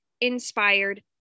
inspired